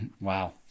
wow